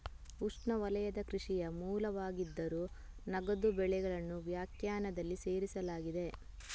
ಉಷ್ಣವಲಯದ ಕೃಷಿಯ ಮೂಲವಾಗಿದ್ದರೂ, ನಗದು ಬೆಳೆಗಳನ್ನು ವ್ಯಾಖ್ಯಾನದಲ್ಲಿ ಸೇರಿಸಲಾಗಿದೆ